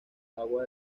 agua